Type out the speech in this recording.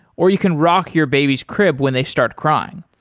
or you can rock your baby's crib when they start crying.